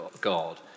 God